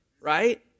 right